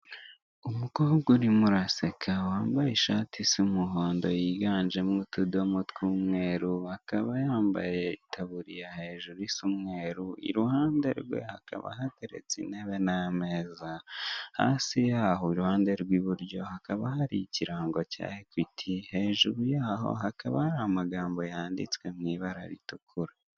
Umukobwa urimo uraseka wambaye ishati y'umuhondo yiganjemo utudomo tw'umweru akaba yambaye itaburiya hejuru isa umweru iruhande rwe hakaba hateretse intebe n'ameza hasi yaho iruhande rw'iburyo hakaba hari ikirango cya ekwiti, hejuru yaho hakaba hari amagambo yanditswe mu ibara ritukura.